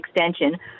extension